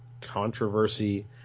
controversy